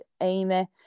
Amy